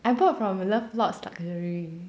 I bought from Lovelotsluxury